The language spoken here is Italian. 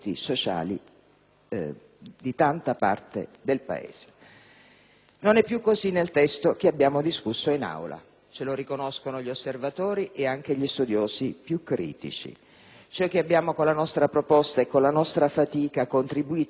Non è più così nel testo che abbiamo discusso in Aula. Ce lo riconoscono gli osservatori ed anche gli studiosi più critici. Ciò che abbiamo con la nostra proposta e con la nostra fatica contribuito grandemente a determinare è un modello potenziale